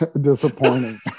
disappointing